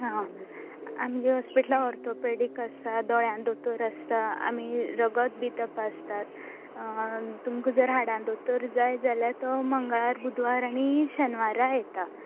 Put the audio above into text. हां आमगे हॉस्पिटलान ऑर्थोपॅडीक आसा दोळ्यां दोतोर आसता आमी रगत बी तपासतात तुमकां जर हाडां दोतोर जाय जाल्यार तो मंगळार बुधवार आनी शेनवारा येता